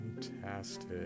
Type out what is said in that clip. fantastic